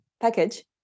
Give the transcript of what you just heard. package